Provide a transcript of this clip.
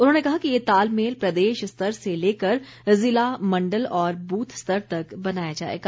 उन्होंने कहा कि ये तालमेल प्रदेश स्तर से लेकर ज़िला मण्डल और बूथ स्तर तक बनाया जाएगा